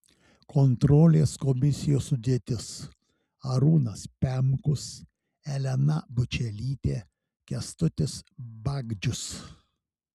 kontrolės komisijos sudėtis arūnas pemkus elena bučelytė kęstutis bagdžius